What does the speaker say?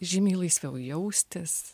žymiai laisviau jaustis